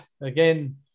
again